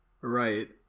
Right